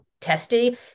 testy